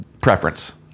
preference